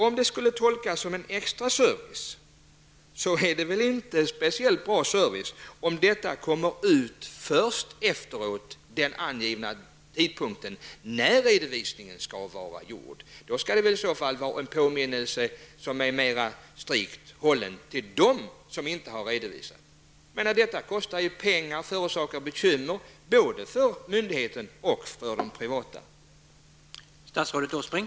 Om detta skall betraktas som en extra service, är det väl ändå inte någon speciellt bra service om handlingen kommer ut först efter den tidpunkt som angivits för redovisningen. Det bör väl i så fall vara en påminnelse som utgår specifikt till dem som inte har lämnat in sin redovisning. Detta kostar pengar och förorsakar bekymmer både för myndigheten och för de privatpersoner som berörs.